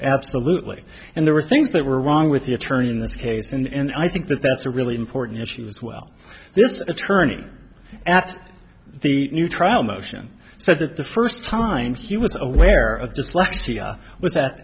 absolutely and there were things that were wrong with the attorney in this case and i think that that's a really important issue as well this attorney at the new trial motion said that the first time he was aware of dyslexia was that